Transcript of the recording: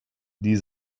die